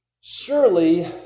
surely